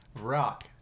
Rock